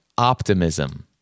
optimism